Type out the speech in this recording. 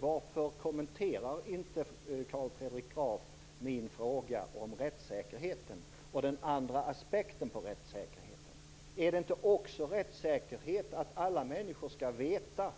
Varför kommenterar inte Carl Fredrik Graf min fråga om rättssäkerheten och den andra aspekten på rättssäkerheten? Är det inte också rättssäkerhet att alla människor skall veta